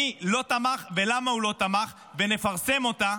מי לא תמך ולמה הוא לא תמך, ונפרסם אותה.